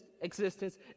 existence